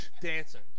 dancing